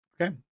Okay